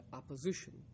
opposition